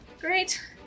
Great